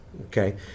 Okay